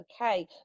okay